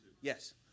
Yes